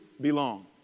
belong